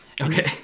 Okay